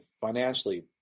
financially